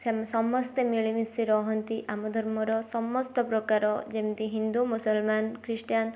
ସେମାନେ ସମସ୍ତେ ମିଳିମିଶି ରହନ୍ତି ଆମ ଧର୍ମର ସମସ୍ତ ପ୍ରକାର ଯେମିତି ହିନ୍ଦୁ ମୁସଲମାନ୍ ଖ୍ରୀଷ୍ଟିୟାନ୍ ସବୁ ଧର୍ମର ଲୋକ ବସବାସ କରନ୍ତି ଏକାଠି ହୋଇ ଏକାଠି ପର୍ବପର୍ବାଣୀ ମଧ୍ୟ ପାଳନ କରିଥାନ୍ତି